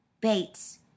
Bates